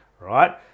right